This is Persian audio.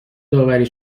داوری